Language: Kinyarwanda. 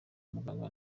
muganga